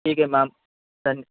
ٹھیک ہے میم